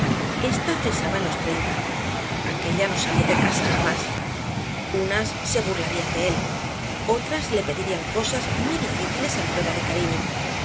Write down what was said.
ésta frisaba en los treinta aquélla no salía de casa jamás unas se burlarían de él otras le pedirían cosas muy difíciles en prueba de cariño recordó que